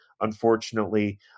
unfortunately